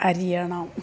അരിയണം